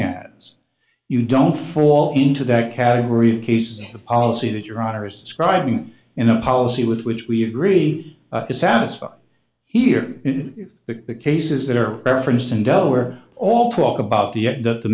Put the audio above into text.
as you don't fall into that category of cases the policy that your honor is describing in a policy with which we agree is satisfied here that the cases that are referenced in delaware all talk about the